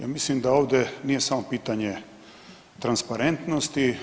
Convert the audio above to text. Ja mislim da ovdje nije samo pitanje transparentnosti.